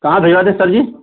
कहाँ भेजें दे सर जी